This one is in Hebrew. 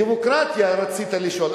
דמוקרטיה, רצית לשאול.